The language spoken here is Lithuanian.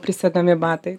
prisegami batai